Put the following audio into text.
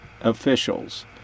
officials